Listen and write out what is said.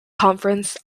conference